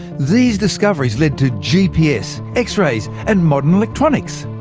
these discoveries led to gps, x-rays, and modern electronics.